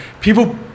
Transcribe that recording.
people